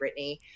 Britney